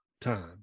time